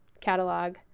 catalog